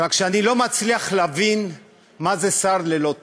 רק שאני לא מצליח להבין מה זה שר ללא תיק.